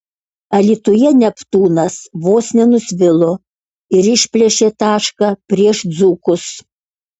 alytuje neptūnas vos nenusvilo ir išplėšė tašką prieš dzūkus